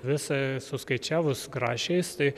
visa suskaičiavus grašiais tai